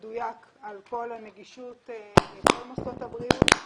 מי פותח מטעם משרד הבריאות?